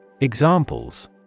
Examples